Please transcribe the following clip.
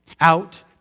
out